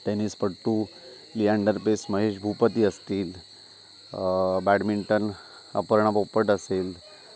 टेनिसपटू लिअँडर पेस महेश भूपती असतील बॅडमिंटन अपर्णा पोपट असेल